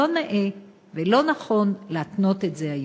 לא נאה ולא נכון להתנות את זה היום.